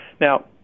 Now